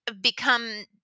become